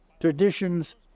traditions